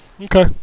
Okay